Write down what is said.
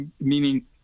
meaning